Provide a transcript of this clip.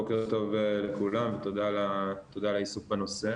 בוקר טוב לכולם, תודה על העיסוק בנושא.